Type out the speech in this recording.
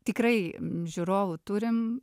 tikrai žiūrovų turim